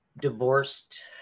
divorced